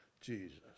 Jesus